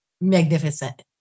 magnificent